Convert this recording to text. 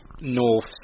North